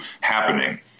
happening